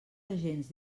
agents